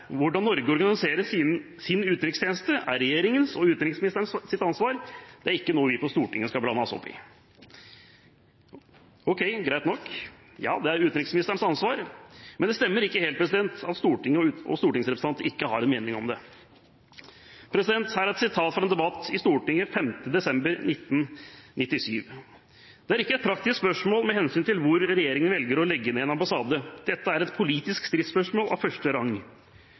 hvordan Norge organiserer sin utenrikstjeneste, er regjeringens og utenriksministerens ansvar, det er ikke noe vi på Stortinget skal blande oss opp i. Greit nok, det er utenriksministerens ansvar, men det stemmer ikke helt at Stortinget og stortingsrepresentantene ikke har en mening om det. Jeg siterer fra en debatt i Stortinget den 5. desember 1997: «Dette er ikke et praktisk spørsmål med hensyn til hvor Regjeringen velger å legge en ambassade, dette er et politisk stridsspørsmål av første rang.»